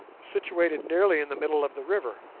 situated nearly in the middle of the river.